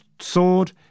sword